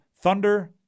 thunder